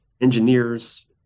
engineers